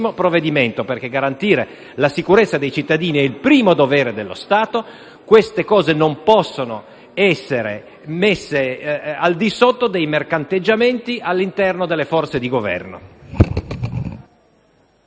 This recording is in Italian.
provvedimento: garantire la sicurezza dei cittadini, infatti, è il primo dovere dello Stato e non può essere messo al di sotto dei mercanteggiamenti all'interno delle forze di Governo.